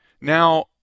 Now